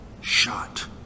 shot